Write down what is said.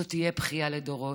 זו תהיה בכייה לדורות.